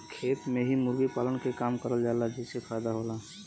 खेत में ही मुर्गी पालन के काम करल जाला जेसे फायदा होला